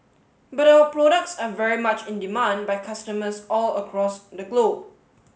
but our products are very much in demand by customers all across the globe